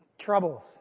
Troubles